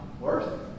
worth